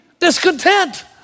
discontent